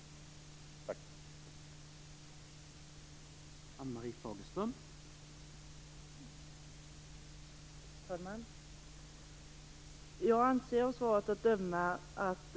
Tack!